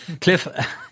Cliff